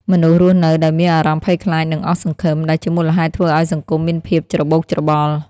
មនុស្សរស់នៅដោយមានអារម្មណ៍ភ័យខ្លាចនិងអស់សង្ឃឹម ដែលជាមូលហេតុធ្វើឲ្យសង្គមមានភាពច្របូកច្របល់។